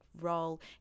role